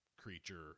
creature